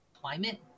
climate